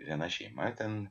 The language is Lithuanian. viena šeima ten